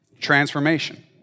Transformation